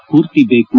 ಸ್ಕೂರ್ತಿ ಬೇಕು